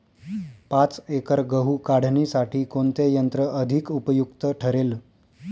पाच एकर गहू काढणीसाठी कोणते यंत्र अधिक उपयुक्त ठरेल?